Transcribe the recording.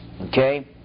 okay